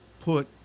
put